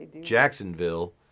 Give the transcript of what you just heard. Jacksonville